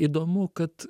įdomu kad